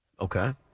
Okay